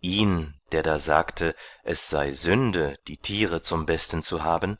ihn der da sagte es sei sünde die tiere zum besten zu haben